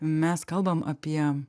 mes kalbam apie